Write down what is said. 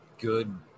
good